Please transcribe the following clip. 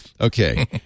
Okay